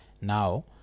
now